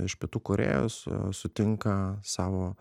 iš pietų korėjos sutinka savo